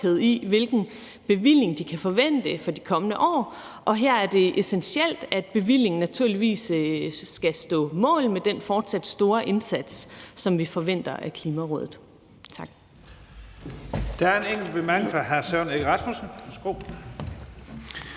i, hvilken bevilling de kan forvente for de kommende år, og her er det essentielt, at bevillingen naturligvis skal stå mål med den fortsat store indsats, som vi forventer af Klimarådet. Tak.